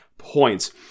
points